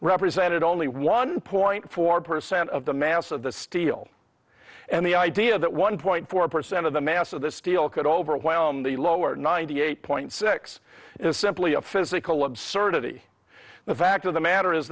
represented only one point four percent of the mass of the steel and the idea that one point four percent of the mass of the steel could overwhelm the lower ninety eight point six is simply a physical absurdity the fact of the matter is